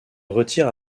retire